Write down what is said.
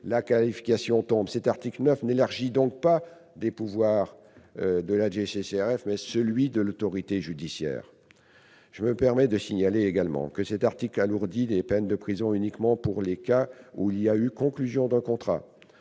la qualification tombe. Cet article 9 tend donc à élargir non pas les pouvoirs de la DGCCRF, mais ceux de l'autorité judiciaire. Je me permets de signaler également que cet article vise à alourdir les peines de prison uniquement pour les cas où il y a eu conclusion d'un contrat.